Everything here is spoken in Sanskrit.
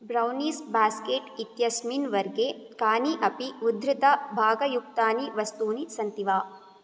ब्रौनीस् बास्केट् इत्यस्मिन् वर्गे कान्यपि उद्धृतभागयुक्तानि वस्तूनि सन्ति वा